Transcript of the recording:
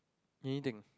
anything